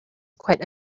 quite